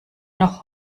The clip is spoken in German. noch